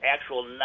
actual